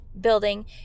building